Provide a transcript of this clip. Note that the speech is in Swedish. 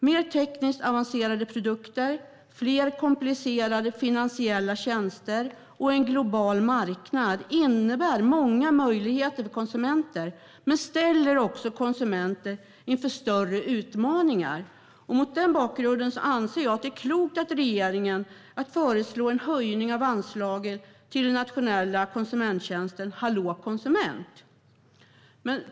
Mer tekniskt avancerade produkter, fler komplicerade finansiella tjänster och en global marknad innebär många möjligheter för konsumenter men ställer också konsumenter inför större utmaningar. Mot den bakgrunden anser jag att det är klokt av regeringen att föreslå en höjning av anslaget till den nationella konsumenttjänsten Hallå konsument.